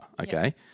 Okay